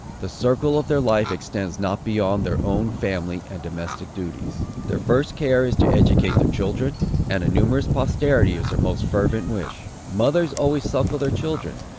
the circle of their life extends not beyond their own family and domestic duties. their first care is to educate their children and a numerous posterity is their most fervent wish. mothers always suckle their children.